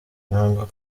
ntabwo